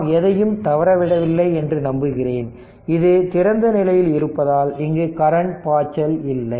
நாம் எதையும் தவறவிடவில்லை என்று நம்புகிறேன் இது திறந்த நிலையில் இருப்பதால் இங்கு கரண்ட் பாய்ச்சல் இல்லை